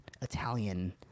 Italian